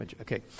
Okay